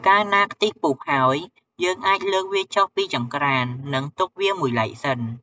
កាលណាខ្ទិះពុះហើយ យើងអាចលើកវាចុះពីចង្រ្កាន និងទុកវាមួយឡែកសិន។